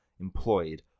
employed